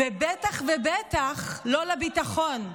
ובטח ובטח לא לביטחון.